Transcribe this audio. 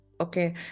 Okay